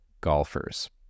golfers